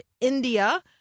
India